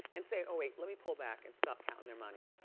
and say, oh wait, let me pull back and stop counting their money.